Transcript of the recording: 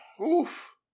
oof